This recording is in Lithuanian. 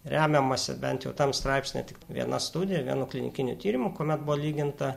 remiamasi bent jau tam straipsnyje tik viena studija vienu klinikiniu tyrimu kuomet buvo lyginta